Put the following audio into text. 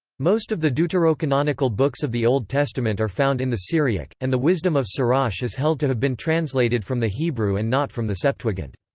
most of the deuterocanonical books of the old testament are found in the syriac, and the wisdom of sirach is held to have been translated from the hebrew and not from the septuagint.